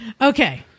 Okay